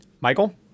Michael